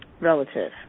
relative